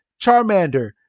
Charmander